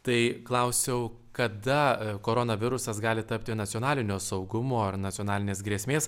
tai klausiau kada koronavirusas gali tapti nacionalinio saugumo ar nacionalinės grėsmės